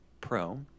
pro